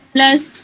Plus